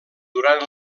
durant